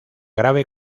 grave